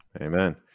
Amen